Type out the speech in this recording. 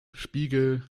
spiegel